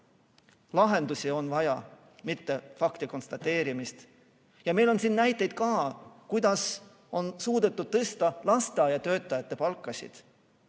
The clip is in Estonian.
Lahendusi on vaja, mitte faktide konstateerimist. Meil on siin ka näiteid, kuidas on suudetud tõsta lasteaiatöötajate palkasid